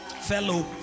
fellow